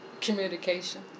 Communication